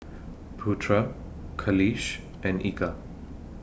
Putra Khalish and Eka